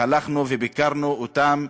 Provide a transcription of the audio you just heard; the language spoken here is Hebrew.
והלכנו וביקרנו אותם,